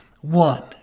one